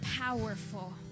powerful